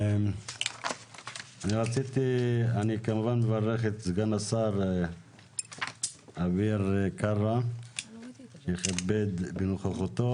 אני כמובן מברך את סגן השר אביר קארה שמכבד אותנו בנוכחותו.